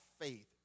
faith